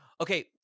Okay